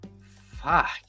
Fuck